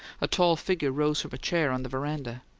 a tall figure rose from a chair on the veranda.